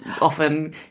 often